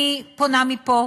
אני פונה מפה